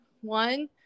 one